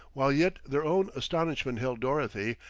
while yet their own astonishment held dorothy,